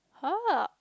!huh!